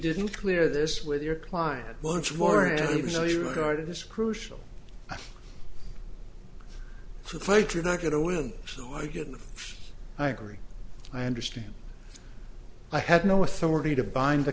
didn't clear this with your client once more and even though you regarded this crucial fight you're not going to win so i get i agree i understand i had no authority to bind the